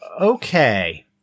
okay